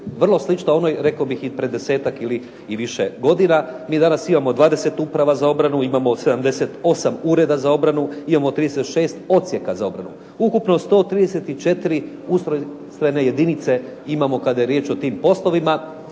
vrlo slična onoj, rekao bih i pred desetak ili više godina. Mi danas imamo 20 Uprava za obranu, imamo 78 Ureda za obranu, imamo 36 Odsjeka za obranu. Ukupno 134 ustrojstvene jedinice imamo kada je riječ o tim poslovima,